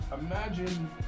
imagine